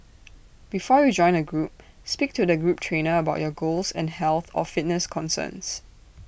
before you join A group speak to the group trainer about your goals and health or fitness concerns